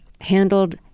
handled